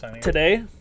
today